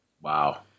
Wow